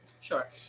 Sure